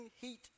heat